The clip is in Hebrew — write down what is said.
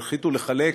אבל החליטו לחלק,